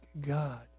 god